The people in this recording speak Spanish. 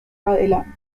adelante